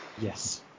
Yes